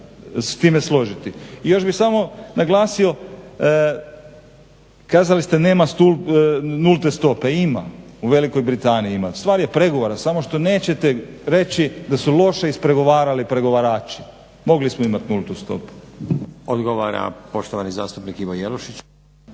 I još bih samo naglasio kazali ste nulte stope, ima, u Velikoj Britaniji ima. Stvar je pregovora samo što nećete reći da su loše ispregovarali pregovarači. Mogli smo imati nultu stopu. **Stazić, Nenad (SDP)** Odgovora poštovani zastupnik Ivo Jelušić.